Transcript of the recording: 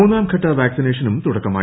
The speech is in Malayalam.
മൂന്നാം ഘട്ട വാക്സിനേഷനും തുടക്കമായി